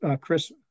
Chris